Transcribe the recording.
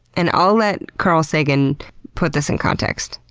and i'll let carl sagan put this in context,